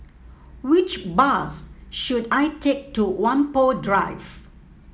which bus should I take to Whampoa Drive